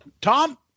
tom